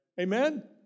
Amen